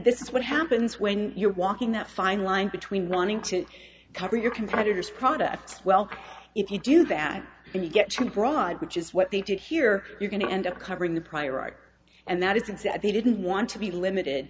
this is what happens when you're walking that fine line between wanting to cover your competitors products well if you do that and you get too broad which is what they did here you're going to end up covering the prior art and that isn't said they didn't want to be limited